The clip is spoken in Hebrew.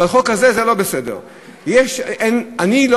אבל חוק כזה, זה לא בסדר.